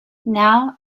now